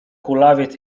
kulawiec